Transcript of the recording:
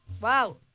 Wow